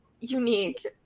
Unique